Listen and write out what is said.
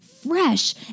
fresh